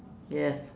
yes